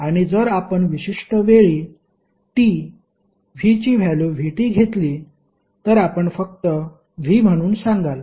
आणि जर आपण विशिष्ट वेळी t v ची व्हॅल्यु v घेतली तर आपण फक्त v म्हणून सांगाल